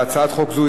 (סייג להיטל על העסקת עובד זר),